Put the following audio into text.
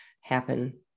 happen